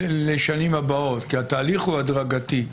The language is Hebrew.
לשנים הבאות, כי התהליך הוא הדרגתי.